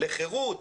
לחרות,